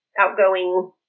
outgoing